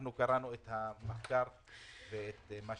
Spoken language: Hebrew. קראנו את המחקר של מרכז המחקר והמידע